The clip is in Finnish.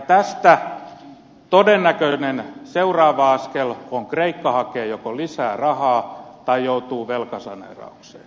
tästä todennäköinen seuraava askel on se että kreikka joko hakee lisää rahaa tai joutuu velkasaneeraukseen